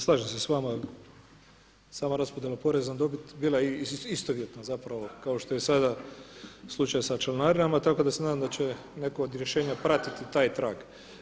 Slažem s vama sama raspodjela poreza na dobit bila je istovjetna kao što je sada slučaj sa članarinama, tako da se nadam da će neko od rješenja pratiti taj trag.